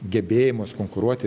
gebėjimus konkuruoti